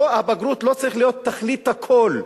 הבגרות לא צריכה להיות תכלית הכול,